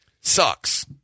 Sucks